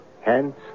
Hence